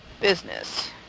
business